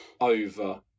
over